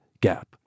gap